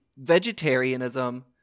vegetarianism